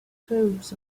troops